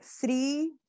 three